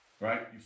right